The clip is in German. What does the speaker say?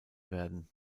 werden